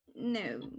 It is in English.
No